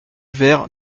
verres